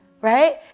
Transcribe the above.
right